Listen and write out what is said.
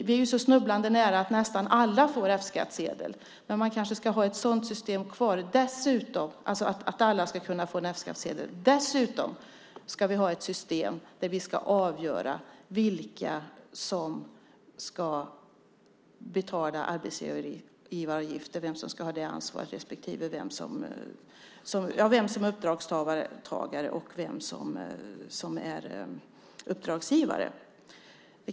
Vi är så snubblande nära att nästan alla får F-skattsedel, men man kanske ska ha ett sådant system kvar att alla får F-skattsedel och dessutom ha ett system där man ska avgöra vilka som ska ha ansvaret för att betala arbetsgivaravgifter, det vill säga vem som är uppdragstagare och vem som är uppdragsgivare.